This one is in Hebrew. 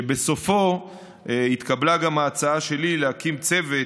ובסופו התקבלה גם ההצעה שלי להקים צוות,